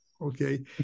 okay